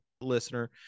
listener